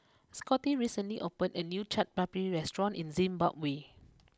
Scotty recently opened a new Chaat Papri restaurant in Zimbabwe